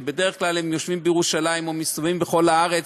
שבדרך כלל הם יושבים בירושלים או מסתובבים בכל הארץ,